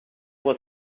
was